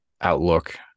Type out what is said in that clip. outlook